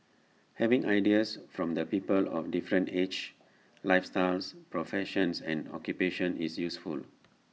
having ideas from the people of different ages lifestyles professions and occupations is useful